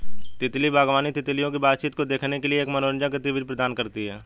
तितली बागवानी, तितलियों की बातचीत को देखने के लिए एक मनोरंजक गतिविधि प्रदान करती है